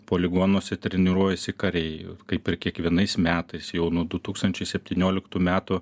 poligonuose treniruojasi kariai kaip ir kiekvienais metais jau nuo du tūkstančiai septynioliktų metų